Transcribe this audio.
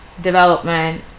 Development